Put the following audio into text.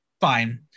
Fine